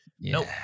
Nope